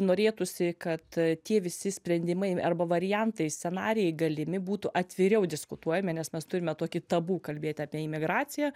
norėtųsi kad tie visi sprendimai arba variantai scenarijai galimi būtų atviriau diskutuojami nes mes turime tokį tabu kalbėti apie imigraciją